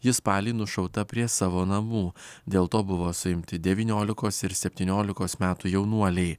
ji spalį nušauta prie savo namų dėl to buvo suimti devyniolikos ir septyniolikos metų jaunuoliai